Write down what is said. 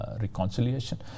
Reconciliation